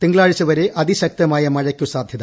തിങ്കളാഴ്ചവരെ അതിശക്തമായ മഴയ്ക്കു സാധ്യത